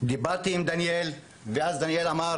דיברתי עם דניאל ואז דניאל אמר